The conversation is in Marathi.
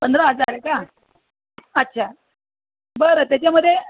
पंधरा हजार आहे का अच्छा बरं त्याच्यामध्ये